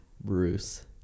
Bruce